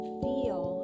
feel